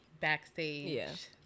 backstage